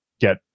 get